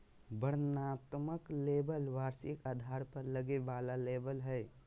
वर्णनात्मक लेबल वार्षिक आधार पर लगे वाला लेबल हइ